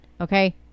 Okay